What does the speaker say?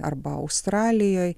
arba australijoj